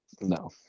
No